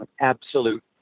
absolute